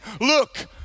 Look